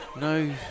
No